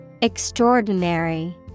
Extraordinary